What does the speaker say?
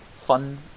fun